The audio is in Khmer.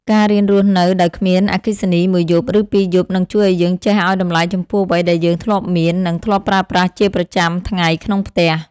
ការរៀនរស់នៅដោយគ្មានអគ្គិសនីមួយយប់ឬពីរយប់នឹងជួយឱ្យយើងចេះឱ្យតម្លៃចំពោះអ្វីដែលយើងធ្លាប់មាន និង ធ្លាប់ប្រើប្រាស់ជាប្រចាំថ្ងៃក្នុងផ្ទះ។